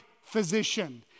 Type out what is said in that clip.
physician